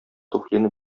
туфлине